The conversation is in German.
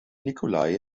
nikolai